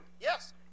Yes